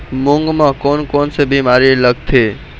मूंग म कोन कोन से बीमारी लगथे?